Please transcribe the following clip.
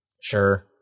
Sure